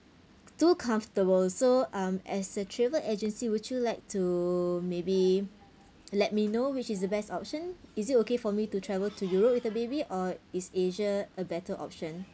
too comfortable so um as a travel agency would you like to maybe let me know which is the best option is it okay for me to travel to europe with the baby or is asia a better option